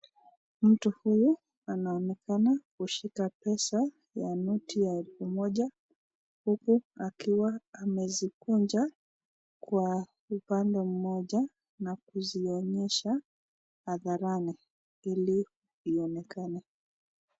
Mtu huyu anaonekana kushika pesa ya noti ya elfu moja, huku akiwa amezikunja kwa upande mmoja na kuzionyesha hadharani ili ionekane.